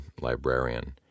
librarian